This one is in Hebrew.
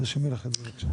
תרשמי לך את זה בבקשה.